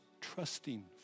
trusting